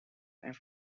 every